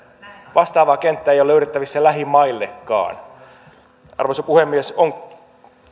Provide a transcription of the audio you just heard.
vastaavaa kenttää ei ole löydettävissä lähimaillekaan arvoisa puhemies on